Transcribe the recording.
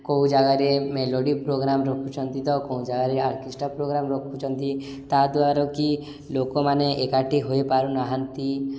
କୋଉ ଜାଗାରେ melody programme ରଖୁଛନ୍ତି ତ କେଉଁ ଜାଗାରେ ଅର୍କେଷ୍ଟ୍ରା ପ୍ରୋଗ୍ରାମ ରଖୁଛନ୍ତି ତାଦ୍ୱାରା କି ଲୋକମାନେ ଏକାଠି ହୋଇପାରୁନାହାନ୍ତି